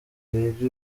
biga